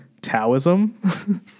Taoism